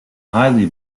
highly